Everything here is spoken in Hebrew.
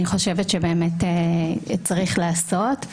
אני חושבת שבאמת צריך לעשות,